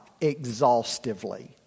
exhaustively